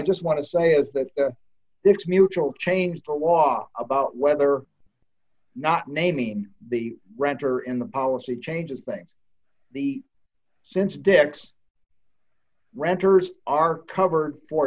just want to say is that this mutual changed the law about whether or not naming the renter in the policy changes things the since dec's renters are covered for